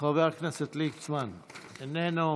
חבר הכנסת ליצמן, איננו.